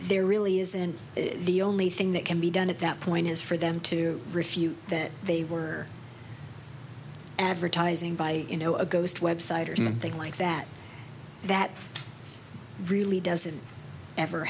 there really is and the only thing that can be done at that point is for them to refute that they were advertising by you know a ghost website or something like that that really doesn't ever